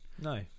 No